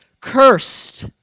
Cursed